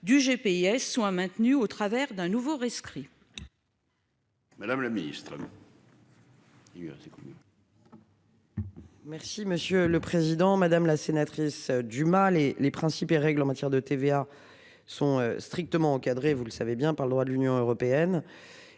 du GPS soit maintenu au travers d'un nouveau rescrit.